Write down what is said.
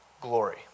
glory